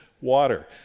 water